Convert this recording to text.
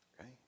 Okay